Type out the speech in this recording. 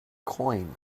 coin